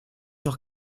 noch